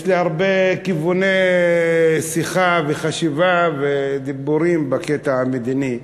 יש לי הרבה כיווני שיחה וחשיבה ודיבורים בקטע המדיני.